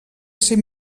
ser